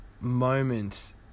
moment